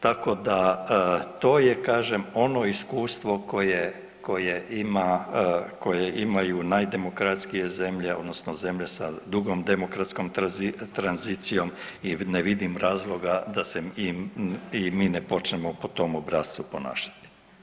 Tako da to je ono iskustvo koje imaju najdemokratskije zemlje odnosno zemlje sa dugom demokratskom tranzicijom i ne vidim razloga da se i mi ne počnemo po tom obrascu ponašati.